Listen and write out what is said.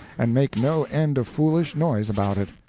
and make no end of foolish noise about it.